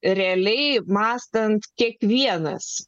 realiai mąstant kiekvienas